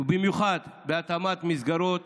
ובמיוחד בהתאמת מסגרות